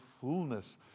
fullness